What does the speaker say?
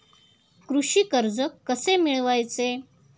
कृषी कर्ज कसे मिळवायचे?